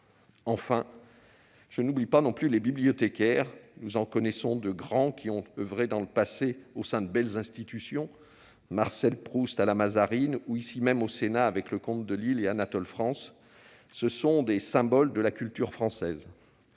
Enfin, je n'oublie pas les bibliothécaires. Nous en connaissons de grands qui ont oeuvré dans le passé au sein de belles institutions : Marcel Proust à la Mazarine ou ici même au Sénat avec Leconte de Lisle et Anatole France. Ce sont des symboles de la culture française.